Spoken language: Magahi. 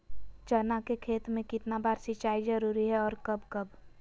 चना के खेत में कितना बार सिंचाई जरुरी है और कब कब?